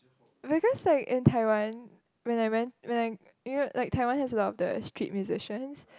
because like in Taiwan when I went when I you know like Taiwan there is a lot of street musicians